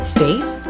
faith